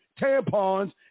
tampons